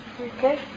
Okay